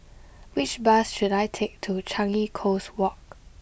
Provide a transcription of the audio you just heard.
which bus should I take to Changi Coast Walk